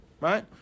right